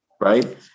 Right